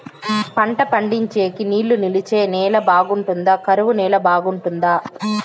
పంట పండించేకి నీళ్లు నిలిచే నేల బాగుంటుందా? కరువు నేల బాగుంటుందా?